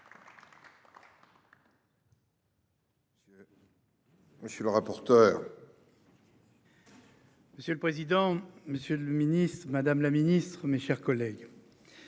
monsieur le président. Monsieur le président, Monsieur le Ministre Madame la Ministre, mes chers collègues.